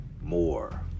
more